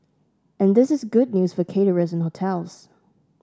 and this is good news for caterers and hotels